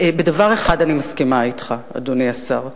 אדוני השר, אני מסכימה אתך בדבר אחד: